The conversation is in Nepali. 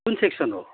कुन सेक्सन हो